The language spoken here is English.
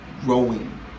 growing